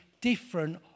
different